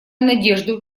надежду